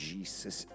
Jesus